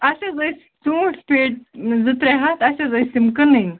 اَسہِ حظ ٲسۍ ژوٗنٛٹھۍ پیٹہِ زٕ ترٛےٚ ہَتھ اَسہِ حظ ٲسۍ تِم کٕنٕنۍ